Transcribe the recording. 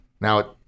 Now